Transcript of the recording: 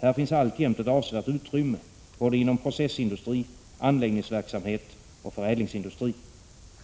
Här finns alltjämt ett avsevärt utrymme, både inom processindustri, anläggningsverksamhet och förädlingsindustri.